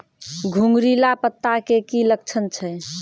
घुंगरीला पत्ता के की लक्छण छै?